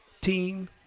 team